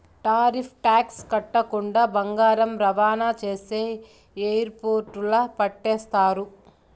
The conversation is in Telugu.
టారిఫ్ టాక్స్ కట్టకుండా బంగారం రవాణా చేస్తే ఎయిర్పోర్టుల్ల పట్టేస్తారు